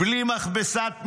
בלי מכבסת מילים,